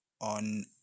on